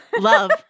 Love